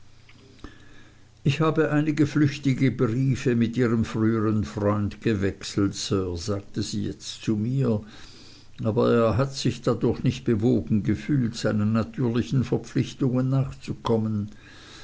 ich habe einige flüchtige briefe mit ihrem früheren freund gewechselt sir sagte sie jetzt zu mir aber er hat sich dadurch nicht bewogen gefühlt seinen natürlichen verpflichtungen nachzukommen